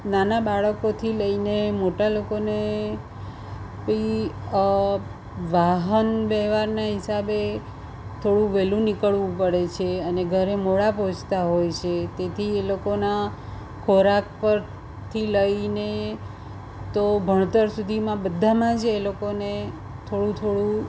નાના બાળકોથી લઈને મોટા લોકોને બી વાહન વ્યવહારના હિસાબે થોડું વેહલું નીકળવું પડે છે અને ઘરે મોડા પહોંચતા હોય છે તેથી એ લોકોના ખોરાક પરથી લઈને તો ભણતર સુધીમાં બધામાં જ એ લોકોને થોડું થોડું